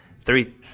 three